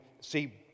see